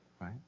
right